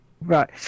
Right